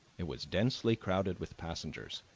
it was densely crowded with passengers,